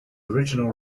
original